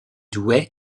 douai